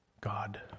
God